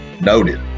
noted